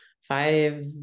five